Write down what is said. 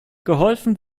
geholfen